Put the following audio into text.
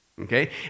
Okay